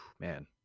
man